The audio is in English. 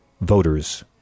voters